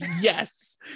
yes